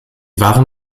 waren